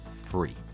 free